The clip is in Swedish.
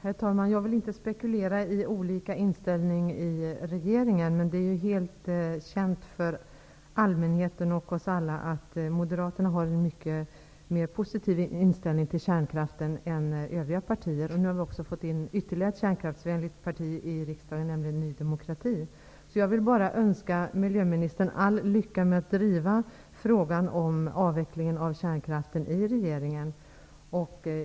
Herr talman! Jag vill inte spekulera i olika inställningar i regeringen. Det är känt för allmänheten och för oss alla att Moderaterna har en mycket mer positiv inställning till kärnkraften än övriga partier. Nu har vi fått in ytterligare ett kärnkraftsvänligt parti i riksdagen, nämligen Ny demokrati. Jag vill bara önska miljöministern all lycka med att driva frågan om avvecklingen av kärnkraften i regeringen.